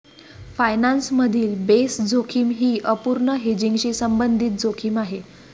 finance मधील base जोखीम ही अपूर्ण हेजिंगशी संबंधित जोखीम आहे